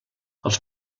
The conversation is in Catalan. els